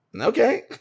okay